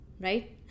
right